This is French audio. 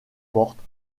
porte